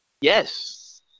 Yes